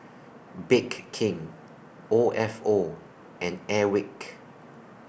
Bake King O F O and Airwick